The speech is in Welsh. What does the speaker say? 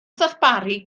ddarparu